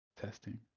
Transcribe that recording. testing